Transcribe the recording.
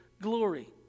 glory